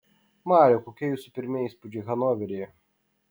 mariau kokie jūsų pirmieji įspūdžiai hanoveryje